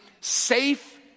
safe